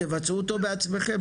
תבצעו אותו בעצמכם,